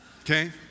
okay